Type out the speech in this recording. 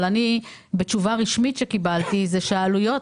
אבל תשובה רשמית שקיבלתי אומרת שעלויות